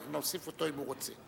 אנחנו נוסיף אותו אם הוא רוצה.